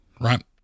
right